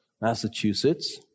Massachusetts